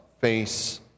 face